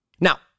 Now